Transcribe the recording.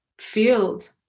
field